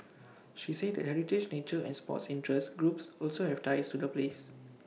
she said that heritage nature and sports interest groups also have ties to the place